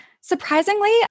surprisingly